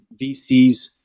VCs